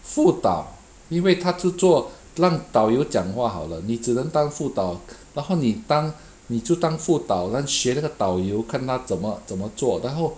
辅导因为他就做让导游讲话好了你只能当辅导然后你当你就当辅导那学那个导游看他怎么怎么做然后